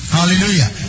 Hallelujah